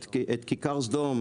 את כיכר סדום,